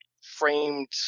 framed